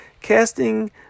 casting